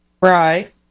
Right